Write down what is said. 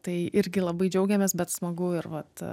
tai irgi labai džiaugiamės bet smagu ir vat